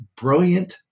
brilliant